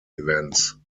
events